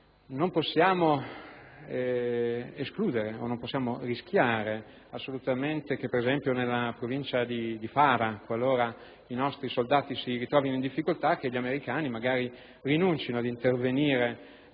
Non possiamo escludere o non possiamo assolutamente rischiare, per esempio, che nella provincia di Farah, qualora i nostri soldati si ritrovino in difficoltà, gli americani rinuncino ad intervenire